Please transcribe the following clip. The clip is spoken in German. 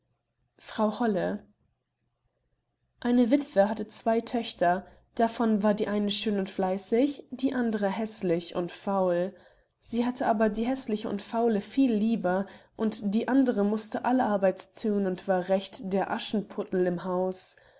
frau holle eine wittwe hatte zwei töchter davon war die eine schön und fleißig die andere häßlich und faul sie hatte aber die häßliche und faule viel lieber und die andere mußte alle arbeit thun und war recht der aschenputtel im haus